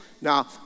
Now